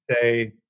say